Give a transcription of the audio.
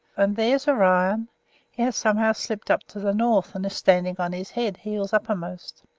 and there's orion he has somehow slipped up to the north, and is standing on his head, heels uppermost.